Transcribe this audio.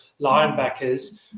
linebackers